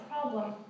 problem